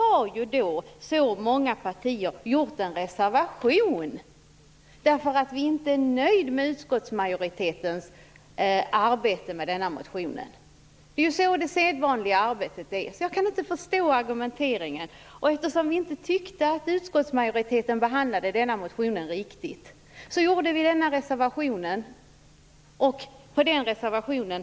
Att så många partier reserverat sig beror på att vi inte är nöjda med utskottsmajoritetens arbete med denna motion. Det är så det sedvanliga arbetet går till. Jag kan alltså inte förstå argumenteringen. Eftersom vi inte tyckte att utskottsmajoriteten behandlade denna motion riktigt skrev vi den här reservationen.